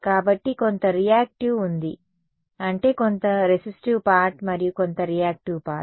కాబట్టి కొంత రియాక్టివ్ ఉంది అంటే కొంత రెసిస్టివ్ పార్ట్ మరియు కొంత రియాక్టివ్ పార్ట్